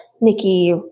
Nikki